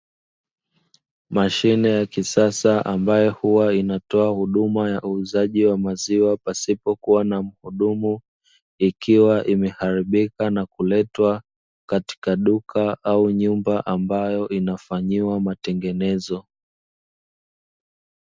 Mashine ya kisasa inayotumika katika kutoa huduma ya uuzaji wa maziwa pasipo kuwa na muhudumu, ikiwa imeharibika kuletwa katika duka au nyumba ambayo inafanyiwa matengenezo.